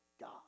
God